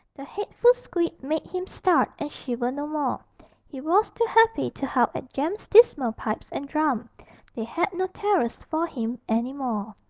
the hateful squeak made him start and shiver no more he was too happy to howl at jem's dismal pipes and drum they had no terrors for him any more.